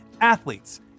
Athletes